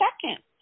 second